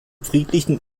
friedlichen